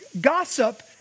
gossip